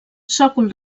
sòcol